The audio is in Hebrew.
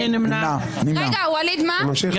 אתם